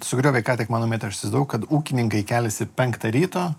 sugriovei ką tik mano mitą aš įsivaizdavau kad ūkininkai keliasi penktą ryto